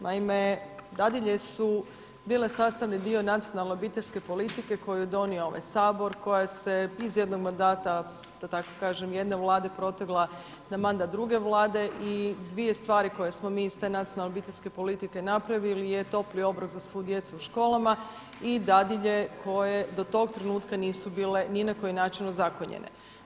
Naime, dadilje su bile sastavni dio nacionalne obiteljske politike koju je donio ovaj Sabor, koja se iz jednog mandata da tako kažem jedne Vlade protegla na mandat druge Vlade i dvije stvari koje smo mi iz te nacionalne obiteljske politike napravili je topli obrok za svu djecu u školama i dadilje koje do tog trenutka nisu bile ni na koji način ozakonjene.